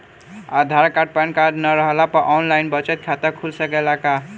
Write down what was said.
आधार card PAN card न रहला पर आन लाइन बचत खाता खुल सकेला का?